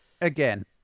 Again